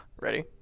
ready